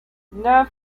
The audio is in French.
neuf